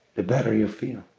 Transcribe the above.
the better you feel.